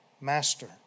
Master